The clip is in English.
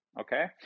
okay